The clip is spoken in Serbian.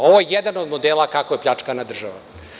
Ovo je jedan od modela kako je pljačkana država.